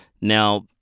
Now